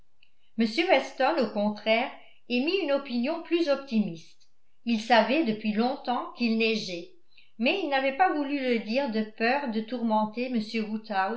m weston au contraire émit une opinion plus optimiste il savait depuis longtemps qu'il neigeait mais il n'avait pas voulu le dire de peur de tourmenter